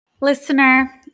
Listener